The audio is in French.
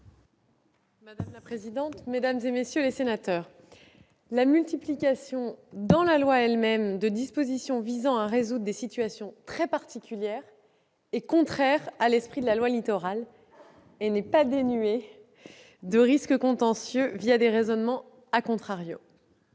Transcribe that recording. ? Quel est l'avis du Gouvernement ? La multiplication dans la loi elle-même de dispositions visant à résoudre des situations très particulières est contraire à l'esprit de la loi Littoral et n'est pas dénuée de risques contentieux des raisonnements. Un avis